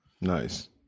nice